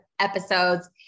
episodes